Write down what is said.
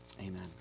Amen